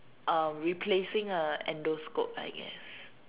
uh replacing a endoscope I guess